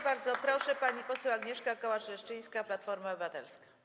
Bardzo proszę, pani poseł Agnieszka Kołacz-Leszczyńska, Platforma Obywatelska.